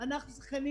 של חיילים